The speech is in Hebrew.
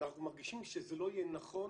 אנחנו מרגישים שזה לא יהיה נכון